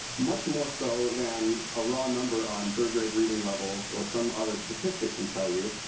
much more so than a raw number on third grade reading levels. or some other statistic can tell you.